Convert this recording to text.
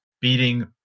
beating